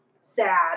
sad